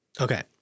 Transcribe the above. Okay